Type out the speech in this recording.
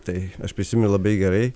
tai aš prisimiu labai gerai